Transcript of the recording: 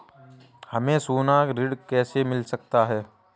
हमें सोना ऋण कैसे मिल सकता है?